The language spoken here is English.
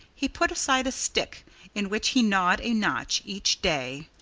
he put aside a stick in which he gnawed a notch each day.